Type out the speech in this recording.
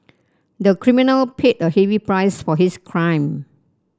the criminal paid a heavy price for his crime